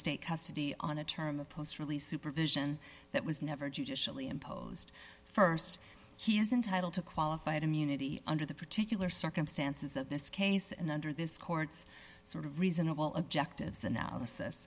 state custody on a term of post release supervision that was never judicially imposed st he is entitled to qualified immunity under the particular circumstances of this case and under this court's sort of reasonable objectives analysis